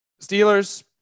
Steelers